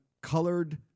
colored